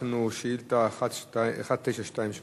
יש לנו שאילתא 1928,